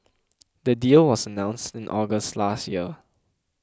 the deal was announced in August last year